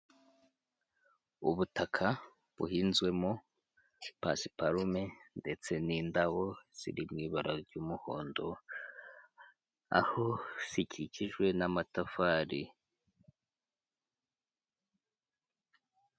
Ubutaka buhinzwemo pasiparume ndetse n'indabo ziri mu ibara ry'umuhondo, aho zikikijwe n'amatafari.